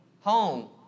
Home